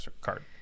card